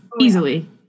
easily